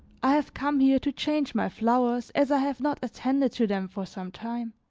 i have come here to change my flowers as i have not attended to them for some time.